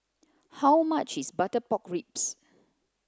how much is butter pork ribs